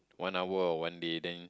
one hour on one day then